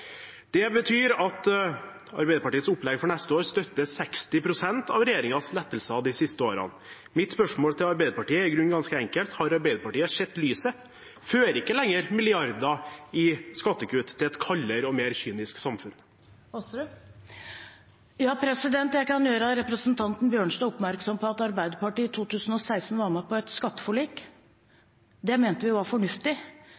Det betyr at Arbeiderpartiets opplegg for neste år støtter 60 pst. av regjeringens lettelser de siste årene. Mitt spørsmål til Arbeiderpartiet er i grunnen ganske enkelt: Har Arbeiderpartiet sett lyset? Fører ikke lenger milliarder i skattekutt til et kaldere og mer kynisk samfunn? Jeg kan gjøre representanten Bjørnstad oppmerksom på at Arbeiderpartiet i 2016 var med på et